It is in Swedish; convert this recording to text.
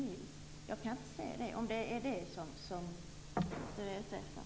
Jag kan inte se det, om det är det Karl-Göran Biörsmark är ute efter.